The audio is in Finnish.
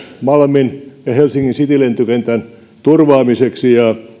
malmin ja helsingin citylentokentän turvaamiseksi